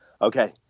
Okay